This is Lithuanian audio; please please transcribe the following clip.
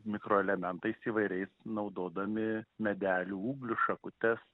mikroelementais įvairiais naudodami medelių ūglius šakutes